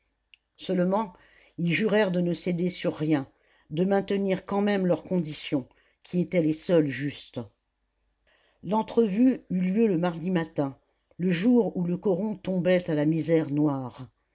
seulement ils jurèrent de ne céder sur rien de maintenir quand même leurs conditions qui étaient les seules justes l'entrevue eut lieu le mardi matin le jour où le coron tombait à la misère noire